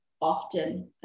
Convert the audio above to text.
often